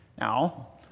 Now